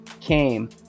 came